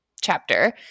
chapter